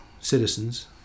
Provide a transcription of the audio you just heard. citizens